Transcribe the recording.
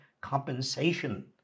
compensation